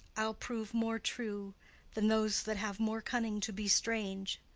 i'll prove more true than those that have more cunning to be strange.